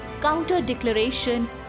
counter-declaration